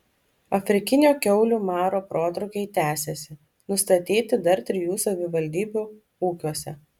afrikinio kiaulių maro protrūkiai tęsiasi nustatyti dar trijų savivaldybių ūkiuose